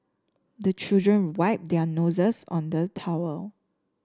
the children wipe their noses on the towel